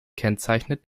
kennzeichnet